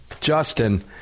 Justin